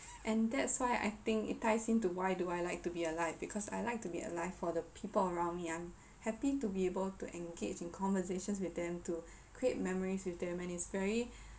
and that's why I think it ties in to why do I like to be alive because I like to be alive for the people around me I'm happy to be able to engage in conversations with them to create memories with them and it's very